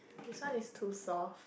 this one is too soft